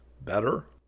Better